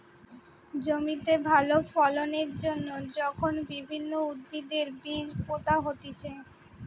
জমিতে ভালো ফলন এর জন্যে যখন বিভিন্ন উদ্ভিদের বীজ পোতা হতিছে